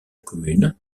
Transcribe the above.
commune